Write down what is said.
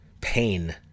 pain